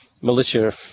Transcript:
militia